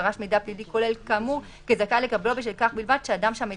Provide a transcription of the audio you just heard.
ישקול את העבר הפלילי הוא קובע אותו במפורש או בחוק המידע